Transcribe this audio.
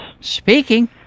Speaking